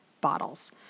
Bottles